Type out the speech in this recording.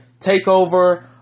TakeOver